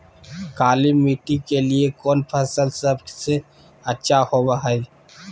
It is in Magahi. काली मिट्टी के लिए कौन फसल सब से अच्छा होबो हाय?